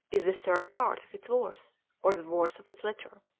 is the third part of its worth or the worth of its litter.